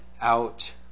out